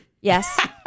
Yes